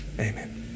Amen